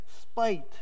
spite